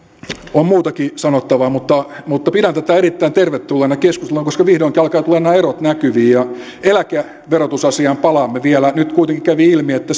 on muutakin sanottavaa mutta mutta pidän tätä erittäin tervetulleena keskusteluna koska vihdoinkin alkavat tulla nämä erot näkyviin eläkeverotusasiaan palaamme vielä nyt kuitenkin kävi ilmi että